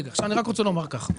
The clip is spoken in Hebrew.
אני רק רוצה לומר ככה,